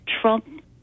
Trump